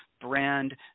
brand